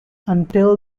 until